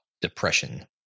depression